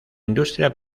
industria